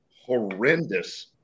horrendous